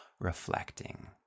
reflecting